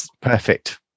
perfect